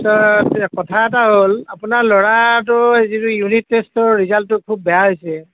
পিছত কথা এটা হ'ল আপোনাৰ লৰাটো যিটো ইউনিট টেষ্টৰ ৰিজাল্টটো খুব বেয়া হৈছে